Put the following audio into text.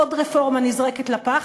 עוד רפורמה נזרקת לפח,